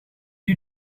you